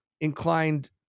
inclined